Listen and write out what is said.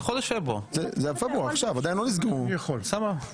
אני יכול.